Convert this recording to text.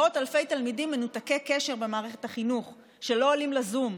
מאות אלפי תלמידים מנותקי קשר במערכת החינוך שלא עולים לזום,